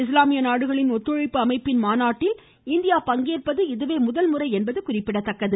இஸ்லாமிய நாடுகளின் ஒத்துழைப்பு அமைப்பின் மாநாட்டில் இந்தியா பங்கேற்பது இதுவே முதல்முறை என்பது குறிப்பிடத்தக்கது